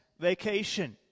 vacation